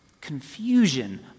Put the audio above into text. Confusion